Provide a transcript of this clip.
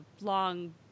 long